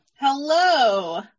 Hello